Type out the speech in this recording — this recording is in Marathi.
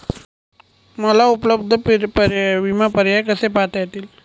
मला उपलब्ध विमा पर्याय कसे पाहता येतील?